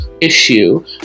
issue